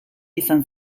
izan